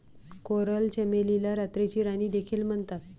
coral चमेलीला रात्रीची राणी देखील म्हणतात